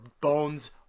Bones